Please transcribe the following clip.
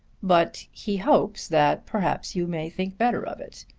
but he hopes that perhaps you may think better of it.